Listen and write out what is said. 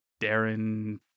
Darren